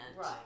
Right